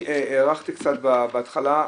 הארכתי קצת בהתחלה,